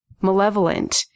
malevolent